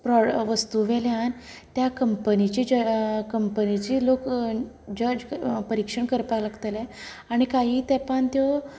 pro वस्तू वयल्यान त्या कंम्पनीचीं जे कंम्पनीचीं लोक जज परिक्षण करपाक लागतले आनी कांय तेपान त्यो